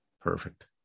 Perfect